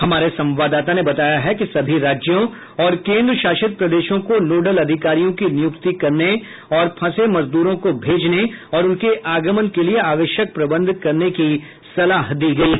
हमारे संवाददाता ने बताया है कि सभी राज्यों और केन्द्रशासित प्रदेशों को नोडल अधिकारियों की नियुक्ति करने चाहिए और फंसे मजदूरों को भेजने और उनके आगमन के लिए आवश्यक प्रबंध करने कर सलाह दी गयी है